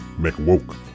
McWoke